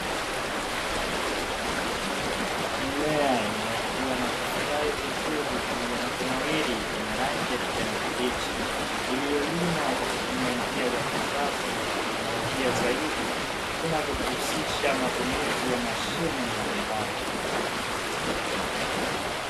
Mimea inayokuwa na kustawi vizuri pamoja na kunawiri pamoja na kijani kibichi iliyo limwa kwa kutumia njia za kisasa za kiteknolojia zaidi zinazojihusisha matumizi za mashine mbalimbali.